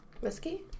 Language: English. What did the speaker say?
Whiskey